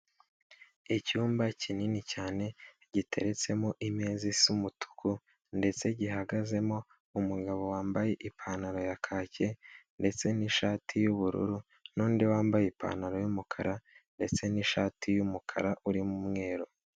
Icyumba kinini cyane, giteretsemo imeza isa umutuku, ndetse gihagazemo umugabo wambaye ipantaro ya kacyi, ndetse n'ishati y'ubururu, n'undi wambaye ipantaro y'umukara, ndetse n'ishati y'umukara, urimo umweru.